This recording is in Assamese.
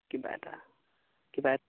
কিবা এটা কিবা এটা